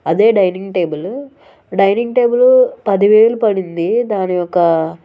అదే dining table dining table పది వేలు పడింది దాని ఒక